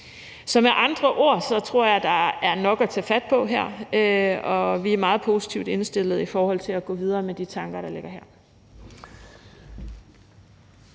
Så med andre ord tror jeg der er nok at tage fat på her. Vi er meget positivt indstillet over for at gå videre med de tanker, der ligger her.